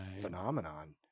phenomenon